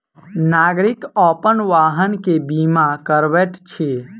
नागरिक अपन वाहन के बीमा करबैत अछि